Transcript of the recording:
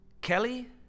Kelly